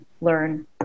learn